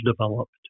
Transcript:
developed